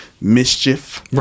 mischief